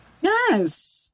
Yes